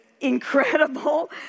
incredible